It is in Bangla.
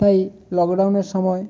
তাই লকডাউনের সময়